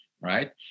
right